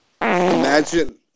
Imagine